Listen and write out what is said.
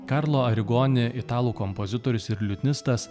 karlo aregoni italų kompozitorius ir liutnistas